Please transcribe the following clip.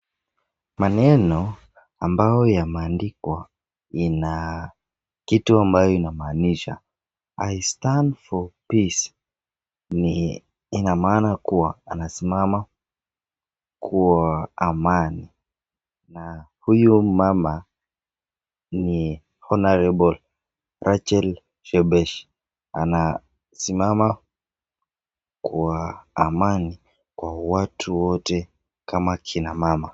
Maneno ambayo imeandikwa ina kitu ambayo inamaanisha [I stand for peace] Ina maana kua anasimama kwa amani na huyu mama ni [Honourable] Rachael Shebesh. Anasimama kwa amani kwa watu wote kama kina mama.